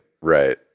Right